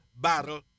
battle